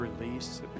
release